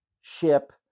ship